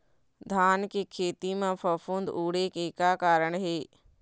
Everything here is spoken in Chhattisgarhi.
धान के खेती म फफूंद उड़े के का कारण हे?